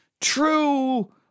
true